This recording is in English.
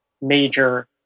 major